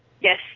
Yes